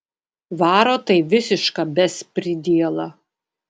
varo tai visišką bespridielą